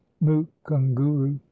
mukunguru